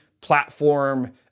platform